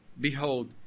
Behold